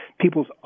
People's